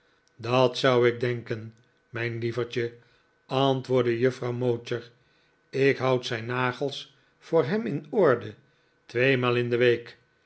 dat zou ik denken mijn lieverdje antwoordde juffrouw mowcher ik houd zijn nagels voor hem in orde tweemaal in de week